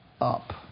up